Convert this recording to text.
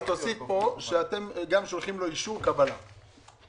אז תוסיף פה שאתם שולחים לו אישור קבלה במייל.